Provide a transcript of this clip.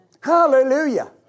Hallelujah